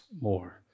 more